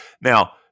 Now